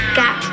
got